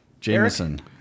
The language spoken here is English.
Jameson